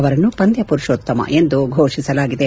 ಅವರನ್ನು ಪಂದ್ಯ ಪುರುಷೋತ್ತಮ ಎಂದು ಘೋಷಿಸಲಾಗಿದೆ